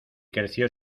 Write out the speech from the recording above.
creció